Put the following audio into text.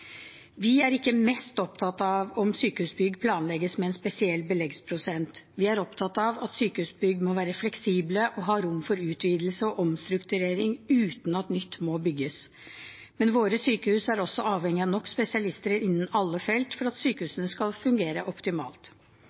Vi er ikke mest opptatt av om sykehusbygg planlegges med en spesiell beleggsprosent. Vi er opptatt av at sykehusbygg må være fleksible og ha rom for utvidelse og omstrukturering, uten at nytt må bygges. Men våre sykehus er også avhengig av nok spesialister innen alle felt for at sykehusene skal fungere optimalt.